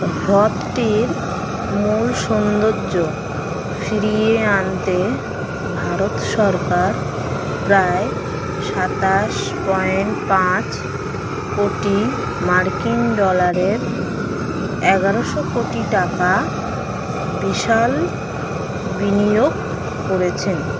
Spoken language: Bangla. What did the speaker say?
হ্রদটির মূল সুন্দর্য ফিরিয়ে আনতে ভারত সরকার প্রায় সাতাশ পয়েন্ট পাঁচ কোটি মার্কিন ডলারের এগারোশো কোটি টাকা বিশাল বিনিয়োগ করেছেন